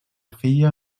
filla